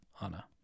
Anna